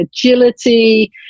agility